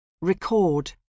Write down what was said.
record